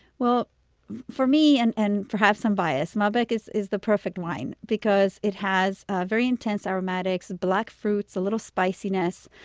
for me, and and perhaps i'm biased, malbec is is the perfect wine because it has ah very intense aromatics, black fruits, a little spiciness,